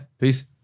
peace